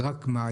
רק מה,